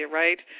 right